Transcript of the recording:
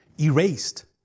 erased